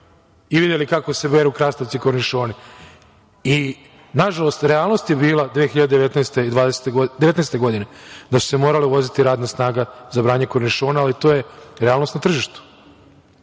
i videli kako se beru krastavci kornišoni. Nažalost, realnost je bila 2019. godine da se morala uvoziti radna snaga za branje kornišona, ali to je realnost na tržištu. Mislim